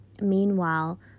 meanwhile